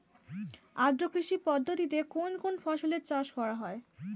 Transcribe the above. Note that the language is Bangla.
আদ্র কৃষি পদ্ধতিতে কোন কোন ফসলের চাষ করা হয়?